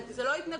זה לא התנגחות,